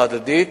זו הערכה הדדית.